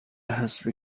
حسب